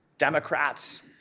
Democrats